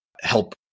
help